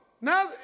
Now